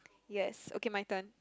yes okay my turn